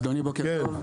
אדוני, בוקר טוב.